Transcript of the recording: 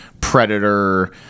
Predator